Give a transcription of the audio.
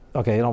okay